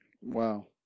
Wow